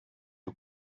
you